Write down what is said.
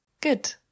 Good